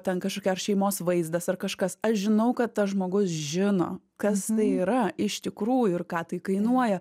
ten kažkokia ar šeimos vaizdas ar kažkas aš žinau kad tas žmogus žino kas tai yra iš tikrųjų ir ką tai kainuoja